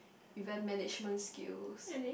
event management skills